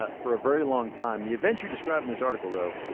ah for a very long time. the events you describe in this article, though,